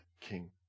king